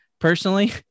Personally